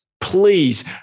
Please